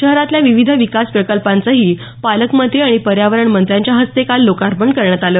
शहरातल्या विविध विकास प्रकल्पांचंही पालकमंत्री आणि पर्यावरण मंत्र्यांच्या हस्ते काल लोकार्पण करण्यात आलं